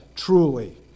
Truly